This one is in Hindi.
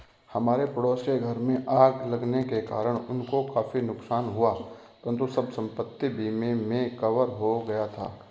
हमारे पड़ोस के घर में आग लगने के कारण उनको काफी नुकसान हुआ परंतु सब संपत्ति बीमा में कवर हो गया था